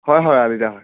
হয় হয় ৰাজীৱদা হয়